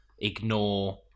ignore